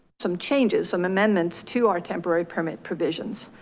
some changes, some amendments to our temporary permit provisions.